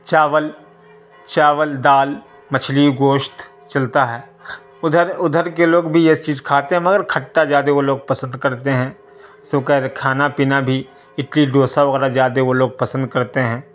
چاول چاول دال مچھلی گوشت چلتا ہے ادھر ادھر کے لوگ بھی یہ سب چیز کھاتے ہیں مگر کھٹا زیادہ وہ لوگ پسند کرتے ہیں کھانا پینا بھی اڈلی ڈوسا وغیرہ زیادے وہ لوگ پسند کرتے ہیں